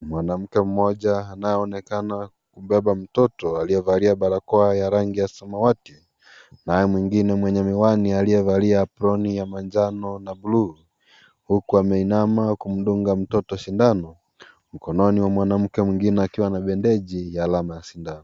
Mwanamke mmoja anayeonekana kubeba mtoto aliyevalia barakoa ya rangi ya samawati naye mwingine mwenye miwani aliyevalia aproni ya manjano na bluu huku ameinama kumdunga mtoto sindano . Mkononi mwa mwanamke mwingine akiwa na bendeji ya alama ya sindano.